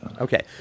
Okay